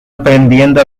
aprendiendo